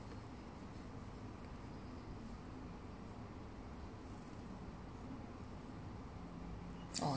oh